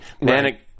Manic